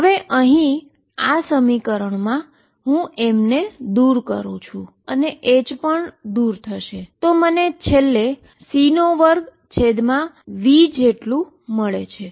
હવે હું આ m ને દુર કરું છું h ને હું દુર કરું છું હું h રદ કરું છું તો મને c2vparticle મળે છે